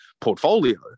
portfolio